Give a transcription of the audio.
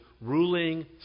ruling